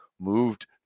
moved